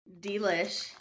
Delish